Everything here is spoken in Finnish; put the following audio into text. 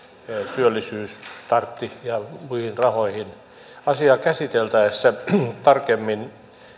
työllisyys startti ja muihin rahoihin asiaa käsiteltäessä tarkemmin